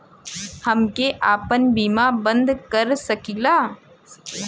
हमके आपन बीमा बन्द कर सकीला?